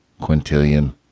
Quintillion